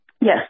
Yes